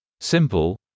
Simple